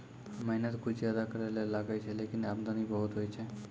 मेहनत कुछ ज्यादा करै ल लागै छै, लेकिन आमदनी बहुत होय छै